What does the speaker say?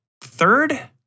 third